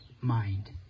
mind